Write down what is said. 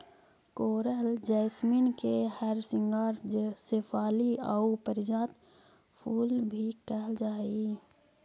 कोरल jasmine के हरसिंगार शेफाली आउ पारिजात फूल भी कहल जा हई